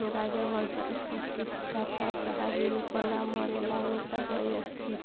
ରାଜବଂଶର ପ୍ରତିଷ୍ଠାତା ଶାହା ମୀରଙ୍କ ନାମରେ ନାମିତ ହୋଇଛି